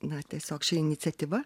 na tiesiog ši iniciatyva